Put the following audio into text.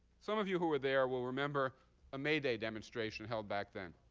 some of you who were there will remember a may day demonstration held back then.